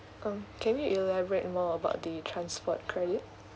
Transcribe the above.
um can you elaborate more about the transport credit